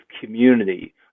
community